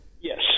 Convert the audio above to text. Yes